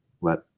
let